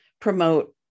promote